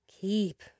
Keep